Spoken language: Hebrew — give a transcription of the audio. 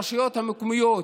הרשויות המקומיות,